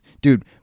Dude